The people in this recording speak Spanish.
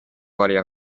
varias